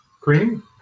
cream